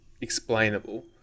explainable